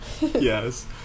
Yes